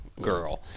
girl